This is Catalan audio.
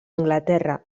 anglaterra